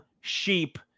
sheep